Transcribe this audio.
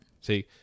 See